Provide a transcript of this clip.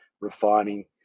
refining